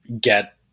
get